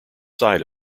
side